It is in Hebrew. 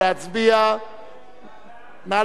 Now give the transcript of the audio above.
נא